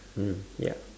mmhmm ya